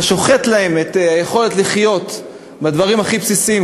שוחט להם את היכולת לחיות בדברים הכי בסיסיים,